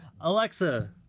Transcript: Alexa